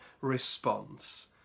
response